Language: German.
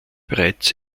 bereits